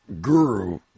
guru